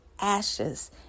ashes